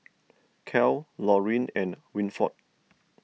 Cal Lorin and Winford